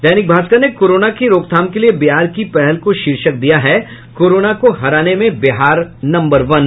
दैनिक भास्कर ने कोरोना की रोकथाम के लिये बिहार की पहल को शीर्षक दिया है कोरोना को हराने में बिहार नम्बर वन